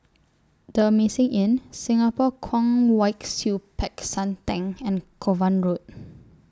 The Amazing Inn Singapore Kwong Wai Siew Peck San Theng and Kovan Road